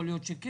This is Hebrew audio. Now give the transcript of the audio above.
יכול להיות שכן,